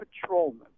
patrolman